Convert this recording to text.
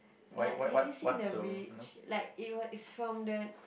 like have you seen the bridge like it w~ it's from the